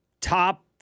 top